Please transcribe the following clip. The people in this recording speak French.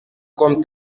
comme